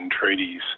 treaties